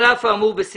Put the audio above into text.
אל תטעו בפרסומות.